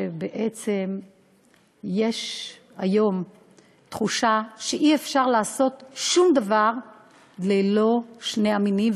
בעצם יש היום תחושה שאי-אפשר לעשות שום דבר ללא שני המינים,